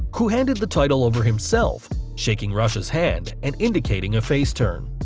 who handed the title over himself, shaking rush's hand and indicating a face turn.